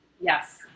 Yes